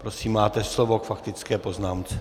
Prosím, máte slovo k faktické poznámce.